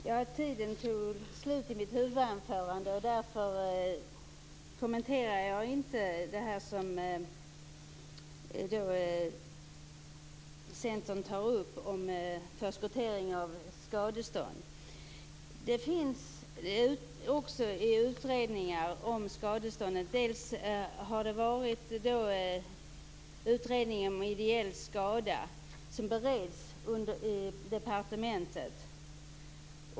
Fru talman! Tiden för mitt huvudanförande tog slut. Därför kommenterade jag inte det som centern tar upp om förskottering av skadestånd. Det finns utredningar om skadestånd. Vi har en utredning om ideell skada som bereds i departementet.